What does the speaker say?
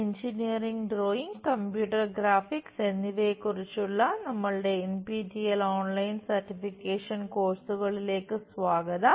engineering drawing computer graphics എന്നിവയെക്കുറിച്ചുള്ള നമ്മളുടെ NPTEL online certification കോഴ്സുകളിലേക്ക് സ്വാഗതം